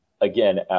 again